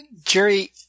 Jerry –